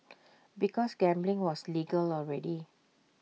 because gambling was legal already